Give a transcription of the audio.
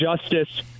justice